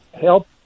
help